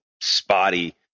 spotty